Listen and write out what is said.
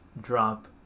drop